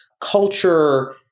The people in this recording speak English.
culture